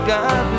God